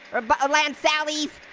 or but land-sallys.